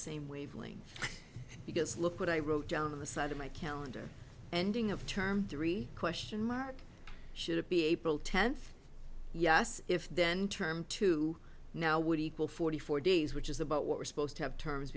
same wavelength because look what i wrote down the side of my calendar ending of term three question mark should it be april tenth yes if then term two now would equal forty four days which is about what were supposed to have terms